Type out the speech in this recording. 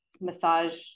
massage